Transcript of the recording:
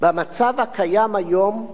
במצב הקיים היום,